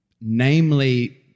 namely